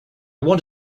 want